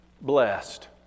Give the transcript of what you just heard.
blessed